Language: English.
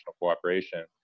Cooperation